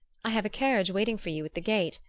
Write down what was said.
i have a carriage waiting for you at the gate.